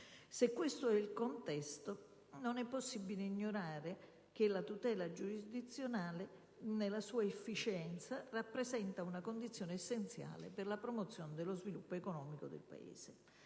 Se questo è il contesto, non è possibile ignorare che la tutela giurisdizionale, nella sua efficienza, rappresenta una condizione essenziale per la promozione dello sviluppo economico del Paese.